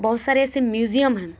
बहुत सारे ऐसे म्यूज़ियम हैं